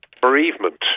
bereavement